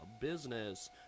business